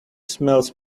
smelled